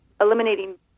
eliminating